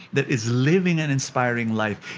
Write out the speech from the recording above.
that is living an inspiring life,